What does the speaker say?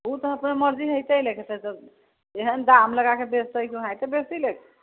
ओ तऽ अपन मरजी एहन दाम लगा के बेचतै कि ओनाहिते बेच लेतै